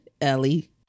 Ellie